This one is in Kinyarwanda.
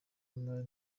w’imali